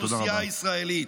תודה רבה.